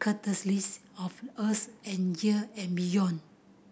catalyst of us and year and beyond